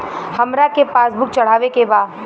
हमरा के पास बुक चढ़ावे के बा?